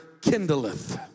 kindleth